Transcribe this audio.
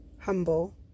humble